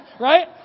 right